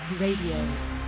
Radio